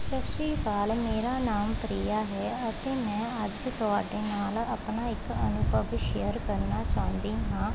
ਸਤਿ ਸ਼੍ਰੀ ਅਕਾਲ ਮੇਰਾ ਨਾਮ ਪ੍ਰੀਆ ਹੈ ਅਤੇ ਮੈਂ ਅੱਜ ਤੁਹਾਡੇ ਨਾਲ ਆਪਣਾ ਇੱਕ ਅਨੁਭਵ ਸ਼ੇਅਰ ਕਰਨਾ ਚਾਹੁੰਦੀ ਹਾਂ